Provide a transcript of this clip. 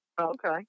Okay